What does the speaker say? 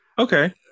Okay